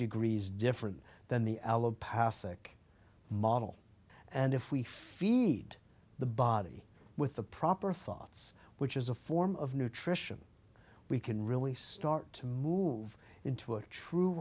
degrees different than the allopathy sick model and if we feed the body with the proper thoughts which is a form of nutrition we can really start to move into a true